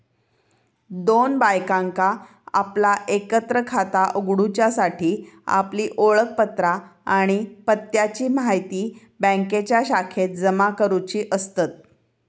दोन बायकांका आपला एकत्र खाता उघडूच्यासाठी आपली ओळखपत्रा आणि पत्त्याची म्हायती बँकेच्या शाखेत जमा करुची असतत